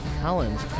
Collins